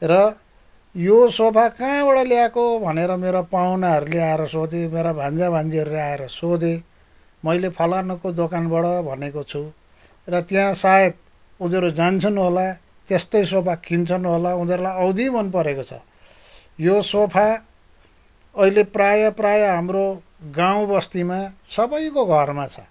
र यो सोफा कहाँबाट ल्याएको भनेर मेरो पाहुनाहरूले आएर सोधे मेरो भान्जा भान्जीहरू आएर सोधे मैले फलानोको दोकानबाट भनेको छु र त्यहाँ सायद उनीहरू जान्छन् होला त्यस्तै सोफा किन्छन् होला उनीहरूलाई औधी मन परेको छ यो सोफा अहिले प्रायः प्रायः हाम्रो गाउँ बस्तीमा सबैको घरमा छ